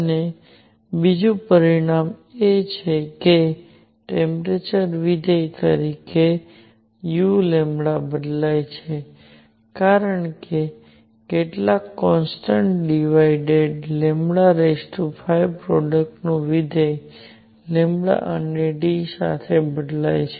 અને બીજું પરિણામ એ છે કે ટેમ્પરેચરના વિધેય તરીકે u બદલાય છે કારણ કે કેટલાક કોન્સટન્ટ ડિવાઇડેડ 5 પ્રોડક્ટનું વિધેય અને T સાથે બદલાય છે